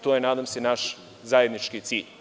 To je, nadam se, naš zajednički cilj.